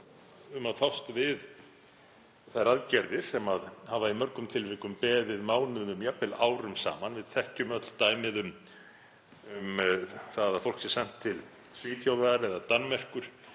um að fást við þær aðgerðir sem hafa í mörgum tilvikum beðið mánuðum, jafnvel árum saman? Við þekkjum öll dæmi um að fólk sé sent til Svíþjóðar eða Danmerkur